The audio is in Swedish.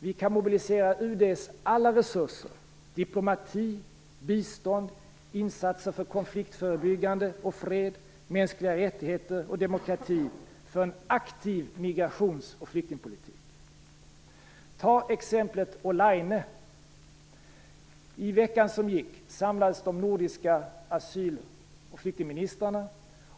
Vi kan mobilisera UD:s alla resurser - diplomati, bistånd, insatser för konfliktförebyggande och fred, mänskliga rättigheter och demokrati - för en aktiv migrationsoch flyktingpolitik. Jag vill nämna exemplet Olaine. Under veckan som gick samlades de nordiska asyl och flyktingministrarna.